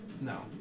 No